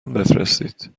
بفرستید